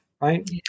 right